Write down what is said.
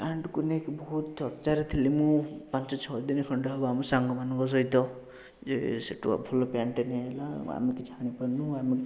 ପ୍ୟାଣ୍ଟ୍କୁ ନେଇକି ବହୁତ ଚର୍ଚ୍ଚାରେ ଥିଲି ମୁଁ ପାଞ୍ଚ ଛଅ ଦିନ ଖଣ୍ଡେ ହେବ ଆମ ସାଙ୍ଗମାନଙ୍କ ସହିତ ଯେ ସେ ଟୋକା ଭଲ ପ୍ୟାଣ୍ଟ୍ଟେ ନେଇଆସିଲା ଆମେ କିଛି ଆଣିପାରନୁ ଆମେ କିଛି